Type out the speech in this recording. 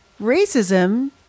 racism